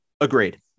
Agreed